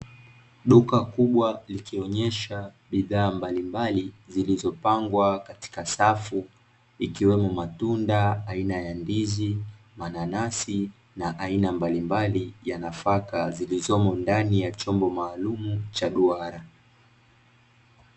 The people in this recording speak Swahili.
Duka kubwa likionyesha bidhaa mbalimbali zilizopangwa katika safu, ikiwemo matunda aina ya ndizi, mananasi na aina mbalimbali ya nafaka zilizomo ndani ya chombo maalumu cha duara,